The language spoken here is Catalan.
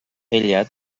ella